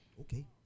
Okay